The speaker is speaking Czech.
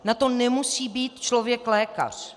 Na to nemusí být člověk lékař.